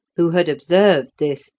who had observed this,